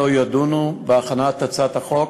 התשובה היא: